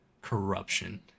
corruption